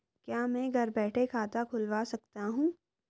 क्या मैं घर बैठे खाता खुलवा सकता हूँ?